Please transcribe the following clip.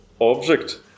object